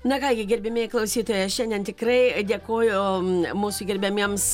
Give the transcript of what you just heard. na ką gi gerbiamieji klausytojai šiandien tikrai dėkoju mūsų gerbiamiems